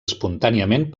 espontàniament